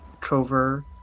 Trover